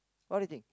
what do you think